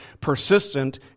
persistent